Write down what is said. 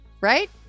Right